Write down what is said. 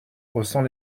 haussant